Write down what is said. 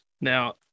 Now